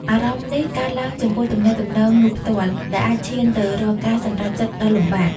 អារម្មណ៍នេះកើតឡើងចំពោះទំនាក់ទំនងនោះផ្ទាល់ ដែលអាចឈានទៅរកការសម្រេចចិត្តដ៏លំបាក។